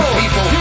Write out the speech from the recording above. people